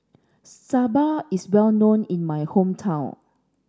Sambar is well known in my hometown